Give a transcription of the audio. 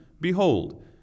behold